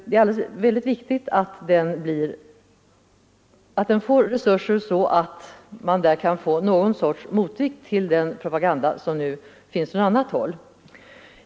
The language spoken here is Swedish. Det är väldigt väsentligt att den får sådana resurser att man där kan skapa någon sorts motvikt till den propaganda som nu förs från annat håll.